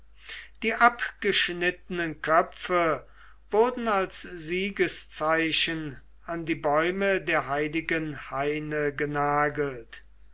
die abgeschnittenen köpfe wurden als siegeszeichen an die bäume der heiligen haine genagelt